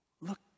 look